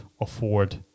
afford